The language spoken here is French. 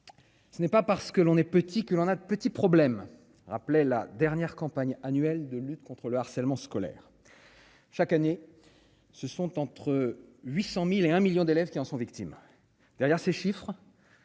ce n'est pas parce que l'on est petit, que l'on a de petits problèmes, rappelait la dernière campagne annuelle de lutte contre le harcèlement scolaire chaque année ce sont entre 800000 et 1 1000000 d'élèves qui en sont victimes,